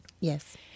Yes